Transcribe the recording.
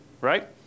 right